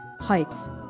Heights